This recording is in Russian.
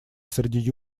среди